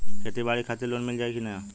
खेती बाडी के खातिर लोन मिल जाई किना?